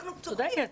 אנחנו פתוחים.